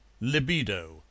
Libido